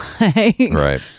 Right